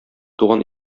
туган